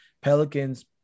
Pelicans